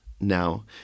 now